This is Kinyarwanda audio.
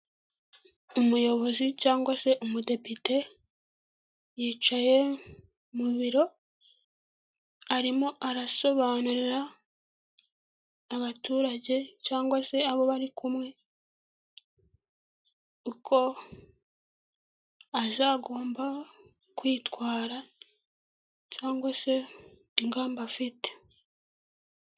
Umuyobozi cyangwa se umudepite, yicaye mu biro arimo arasobanurira abaturage cyangwa se abo bari kumwe uko azagomba kwitwara, cyangwa se ingamba afite.